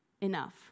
enough